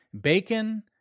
Bacon